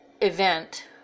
event